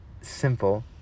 simple